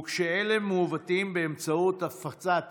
וכשאלה מעוותים באמצעות הפצת פייק,